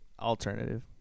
Alternative